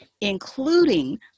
including